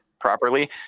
properly